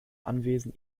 anwesen